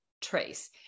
trace